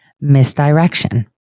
misdirection